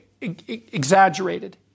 exaggerated